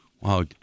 Wow